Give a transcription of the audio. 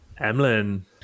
Emlyn